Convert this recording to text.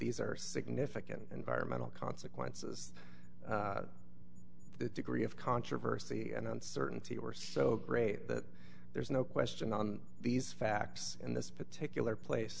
these are significant environmental consequences the degree of controversy and uncertainty or so great that there's no question on these facts in this particular place